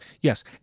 Yes